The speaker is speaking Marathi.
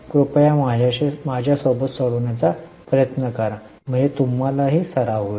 कृपया माझ्याशी सोडवण्याचा प्रयत्न करा म्हणजे तुम्हालाही सराव मिळेल